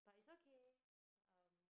but it's okay um